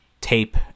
tape